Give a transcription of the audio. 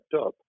up